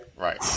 right